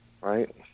right